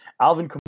Alvin